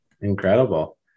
incredible